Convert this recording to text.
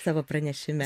savo pranešime